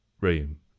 room